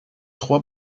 trois